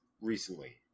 recently